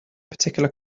particular